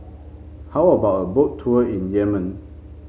how about a Boat Tour in Yemen